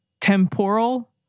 temporal